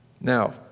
Now